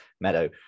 Meadow